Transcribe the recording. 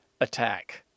attack